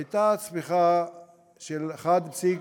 הייתה צמיחה של 1 נקודה,